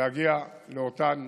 יגיע לאותן